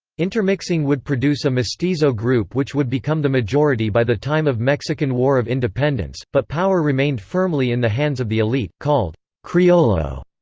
intermixing would produce a mestizo group which would become the majority by the time of mexican war of independence, but power remained firmly in the hands of the elite, called criollo.